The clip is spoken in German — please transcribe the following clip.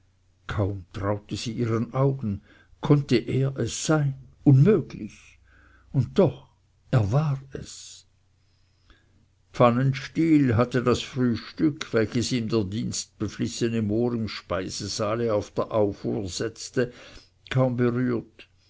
kaum traute sie ihren augen konnte er es sein unmöglich und doch er war es pfannenstiel hatte das frühstück welches ihm der dienstbeflissene mohr im speisesaale auf der au versetzte kaum berührt